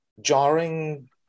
jarring